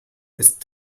ist